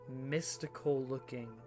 mystical-looking